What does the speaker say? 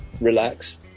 relax